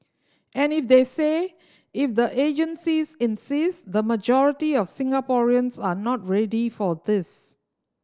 and if they say if the agencies insist the majority of Singaporeans are not ready for this